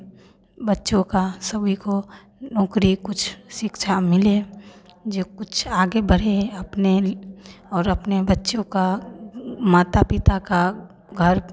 बच्चों का सभी को नौकरी कुछ शिक्षा मिले जो कुछ आगे बढ़े अपने ल और अपने बच्चों का माता पिता का घर